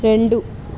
రెండు